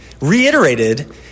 reiterated